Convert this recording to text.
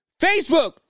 Facebook